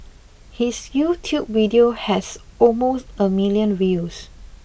his YouTube video has almost a million views